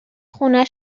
خونه